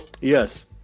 Yes